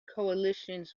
coalitions